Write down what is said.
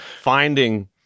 finding